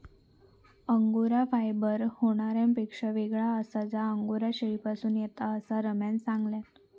angora fibre मोहायरपेक्षा येगळा आसा जा अंगोरा शेळीपासून येता, असा रम्यान सांगल्यान